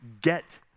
get